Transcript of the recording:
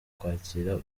kwakira